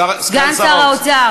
סגן שר האוצר.